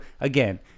again